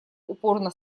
упорно